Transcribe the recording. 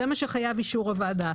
זה מה שחייב אישור הוועדה.